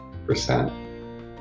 percent